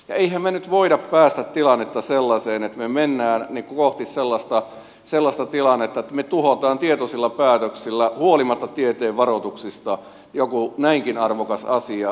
emmehän me nyt voi päästää tilannetta sellaiseksi että me menemme kohti sellaista tilannetta että me tuhoamme tietoisilla päätöksillä huolimatta tieteen varotuksista jonkin näinkin arvokkaan asian